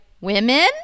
women